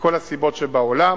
מכל הסיבות שבעולם,